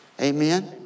Amen